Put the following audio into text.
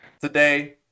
Today